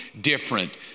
different